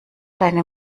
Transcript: deine